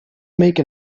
make